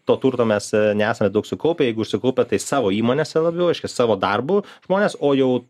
to turto mes nesame daug sukaupę jeigu ir sukaupę savo įmonėse labiau reiškia savo darbu žmonės o jau